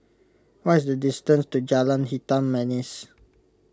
what is the distance to Jalan Hitam Manis